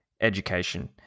education